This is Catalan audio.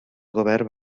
govern